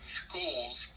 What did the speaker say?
schools